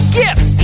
gift